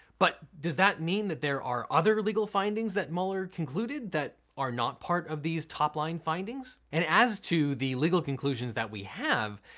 but does that mean that there are other legal findings that mueller concluded that are not part of these top-line findings? and as to the legal conclusions that we have,